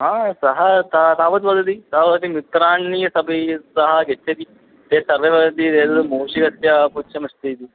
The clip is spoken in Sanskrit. हा सः ता तावद् वदति तावन्ति मित्राणि सः सः गच्छति ते सर्वे वदन्ति मूषकस्य पुच्छमस्ति इति